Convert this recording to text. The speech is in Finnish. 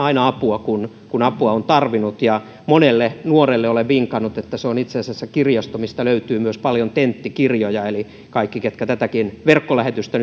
aina apua kun kun apua on tarvinnut ja monelle nuorelle olen vinkannut että se on itse asiassa kirjasto mistä löytyy paljon myös tenttikirjoja eli kaikki te ketkä tätäkin verkkolähetystä